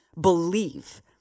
believe